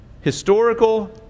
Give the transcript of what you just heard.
Historical